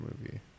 movie